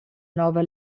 nova